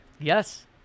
Yes